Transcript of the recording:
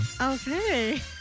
Okay